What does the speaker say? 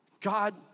God